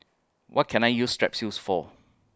What Can I use Strepsils For